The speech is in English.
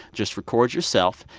just record yourself,